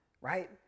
Right